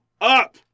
up